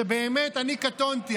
שבאמת אני קטונתי.